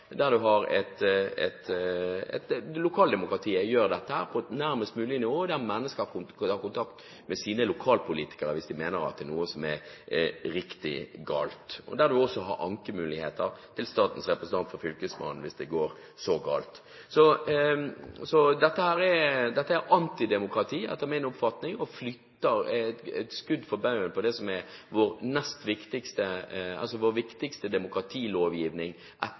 der en har et lokaldemokrati som gjør dette på nærmest mulige nivå, der mennesker kan ha kontakt med sine nærmeste lokalpolitikere hvis de mener det er noe som er riktig galt, og der en også har ankemuligheter til statens representanter for fylkesmannen hvis det går så galt. Så dette er antidemokrati, etter min oppfatning, og et skudd for baugen for det som er vår viktigste demokratilovgivning